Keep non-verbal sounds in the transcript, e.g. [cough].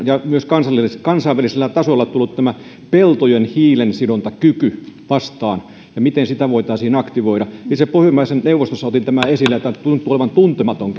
ja myös kansainvälisellä tasolla tullut tämä peltojen hiilensidontakyky vastaan ja miten sitä voitaisiin aktivoida minä siellä pohjoismaiden neuvostossa otin tämän esille ja tämä tuntuu vielä olevan tuntematon [unintelligible]